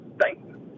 thanks